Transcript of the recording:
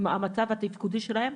עם המצב התפקודי שלהם,